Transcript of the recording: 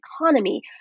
economy